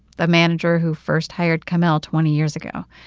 the manager who first hired kamel twenty years ago.